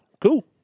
cool